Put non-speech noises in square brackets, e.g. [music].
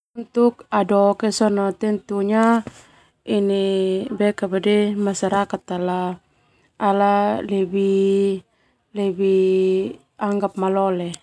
Aidok ia sona [hesitation] masyarakat ala lebih anggap malole.